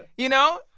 you know,